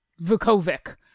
Vukovic